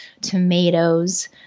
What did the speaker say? tomatoes